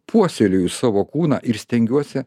puoselėju savo kūną ir stengiuosi